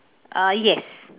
uh yes